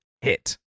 hit